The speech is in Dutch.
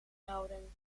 houden